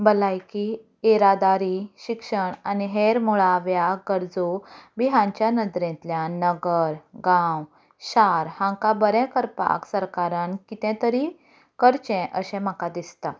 बलायकी येरादारी शिक्षण आनी हेर मुळाव्यां गरजो बी हांच्या नदरेंतल्यान नगर गांव शार हांकां बरे करपाक सरकारान कितें तरी करचें अशें म्हाका दिसता